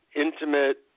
intimate